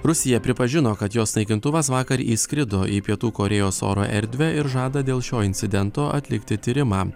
rusija pripažino kad jos naikintuvas vakar įskrido į pietų korėjos oro erdvę ir žada dėl šio incidento atlikti tyrimą